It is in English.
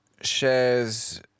shares